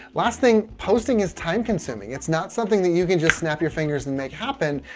last thing posting is time consuming. it's not something that you can just snap your fingers and make happen.